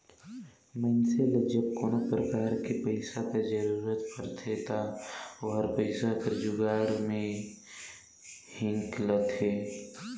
मइनसे ल जब कोनो परकार ले पइसा कर जरूरत परथे ता ओहर पइसा कर जुगाड़ में हिंकलथे